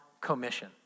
commission